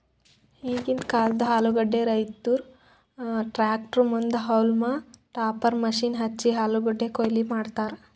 ಈಗಿಂದ್ ಕಾಲ್ದ ಆಲೂಗಡ್ಡಿ ರೈತುರ್ ಟ್ರ್ಯಾಕ್ಟರ್ ಮುಂದ್ ಹೌಲ್ಮ್ ಟಾಪರ್ ಮಷೀನ್ ಹಚ್ಚಿ ಆಲೂಗಡ್ಡಿ ಕೊಯ್ಲಿ ಮಾಡ್ತರ್